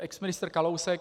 Exministr Kalousek...